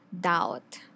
doubt